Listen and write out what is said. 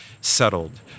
settled